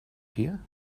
here